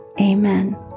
Amen